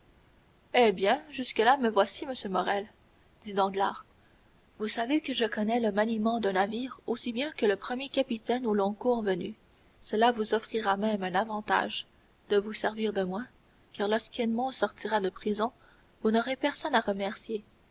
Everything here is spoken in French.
eh bien jusque-là me voici monsieur morrel dit danglars vous savez que je connais le maniement d'un navire aussi bien que le premier capitaine au long cours venu cela vous offrira même un avantage de vous servir de moi car lorsque edmond sortira de prison vous n'aurez personne à remercier